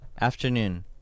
afternoon